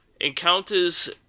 encounters